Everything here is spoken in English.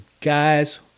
guys